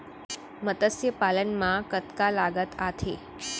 मतस्य पालन मा कतका लागत आथे?